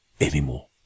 anymore